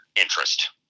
interest